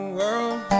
world